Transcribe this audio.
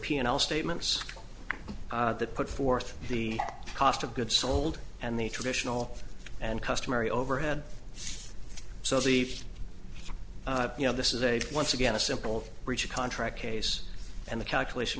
l statements that put forth the cost of goods sold and the traditional and customary overhead so the you know this is a once again a simple breach of contract case and the calculation